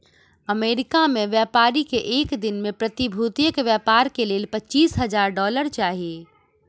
America में व्यापारी के एक दिन में प्रतिभूतिक व्यापार के लेल पचीस हजार डॉलर चाही